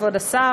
כבור השר,